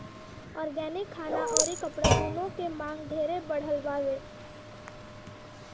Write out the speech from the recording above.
organic खाना अउरी कपड़ा दूनो के मांग ढेरे बढ़ल बावे